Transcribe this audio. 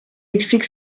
explique